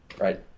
right